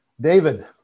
David